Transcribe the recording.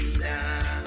now